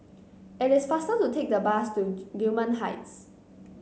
it is faster to take the bus to Gillman Heights